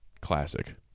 classic